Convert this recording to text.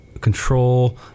control